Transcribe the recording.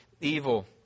evil